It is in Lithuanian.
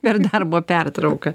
per darbo pertrauką